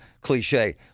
cliche